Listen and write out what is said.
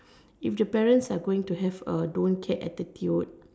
if the parents are going to have a don't care attitude